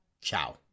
Ciao